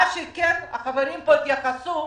מה שכן, החברים פה התייחסו,